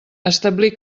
establir